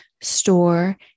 store